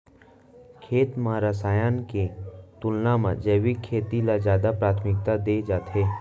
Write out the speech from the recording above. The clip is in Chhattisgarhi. खेत मा रसायन के तुलना मा जैविक खेती ला जादा प्राथमिकता दे जाथे